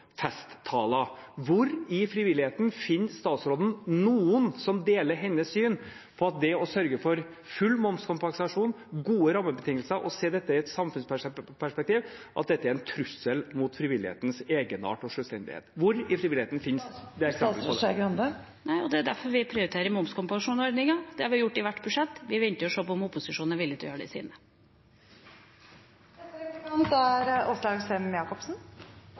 festtaler. Hvor i frivilligheten finner statsråden noen som deler hennes syn på at å sørge for full momskompensasjon, gode rammebetingelser og å se dette i et samfunnsperspektiv er en trussel mot frivillighetens egenart og selvstendighet? Hvor i frivilligheten finner hun eksempel på det? Nei, og det er derfor vi prioriterer momskompensasjonsordningen. Det har vi gjort i hvert budsjett. Vi venter og ser om opposisjonen er villig til å gjøre det i sine. Det er